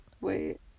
wait